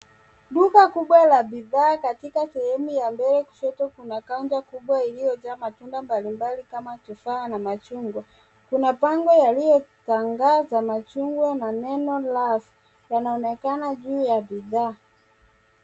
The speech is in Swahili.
Duka kubwa la bidhaa katika sehemu ya mbele kushoto kuna kaunta kubwa iliyojaa matunda mbalimbali kama tofaha na machungwa, kuna bango yaliyotangaza machungwa na neno lao yanaonekana juu ya bidhaa.